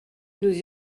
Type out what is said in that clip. nous